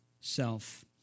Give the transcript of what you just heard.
self